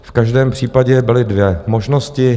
V každém případě byly dvě možnosti.